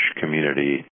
community